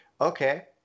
okay